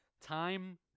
Time